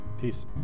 Peace